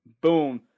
boom